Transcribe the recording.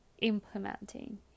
implementing